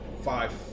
five